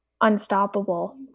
unstoppable